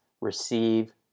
receive